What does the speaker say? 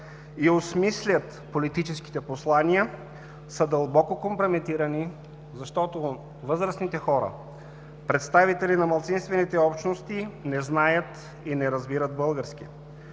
и осмислят политическите послания са дълбоко компрометирани, защото възрастните хора, представители на малцинствените общности не знаят и не разбират български.